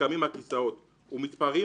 קמים מהכיסאות ומתפרעים,